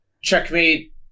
checkmate